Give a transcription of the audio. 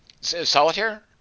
Solitaire